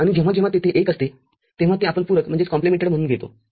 आणि जेव्हा जेव्हा तेथे १ असते तेव्हा आपण ते पूरक म्हणून घेतो